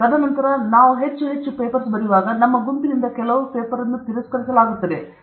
ತದನಂತರ ನಾವು ಹೆಚ್ಚು ಹೆಚ್ಚು ಪೇಪರ್ಸ್ ಬರೆಯುವಾಗ ನಮ್ಮ ಗುಂಪಿನಿಂದ ಕೆಲವು ಪೇಪರ್ ಅನ್ನು ತಿರಸ್ಕರಿಸಲಾಗುತ್ತದೆ ನೀವು ಚಿಂತಿಸಬಾರದು